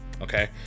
okay